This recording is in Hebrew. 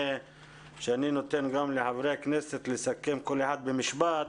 שאני נותן לחברי הכנסת לסכם כל אחד במשפט,